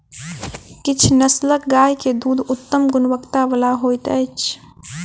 किछ नस्लक गाय के दूध उत्तम गुणवत्ता बला होइत अछि